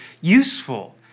useful